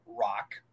Rock